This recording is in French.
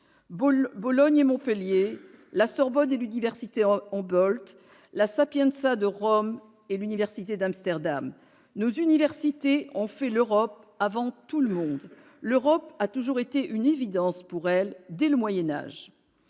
Bologne et Montpellier, la Sorbonne et l'université Humboldt, la Sapienza de Rome et l'université d'Amsterdam : nos universités ont fait l'Europe avant tout le monde ; l'Europe a toujours été une évidence pour elles, dès le Moyen Âge.